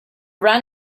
run